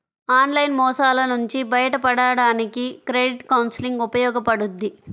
online మోసాల నుంచి బయటపడడానికి క్రెడిట్ కౌన్సిలింగ్ ఉపయోగపడుద్ది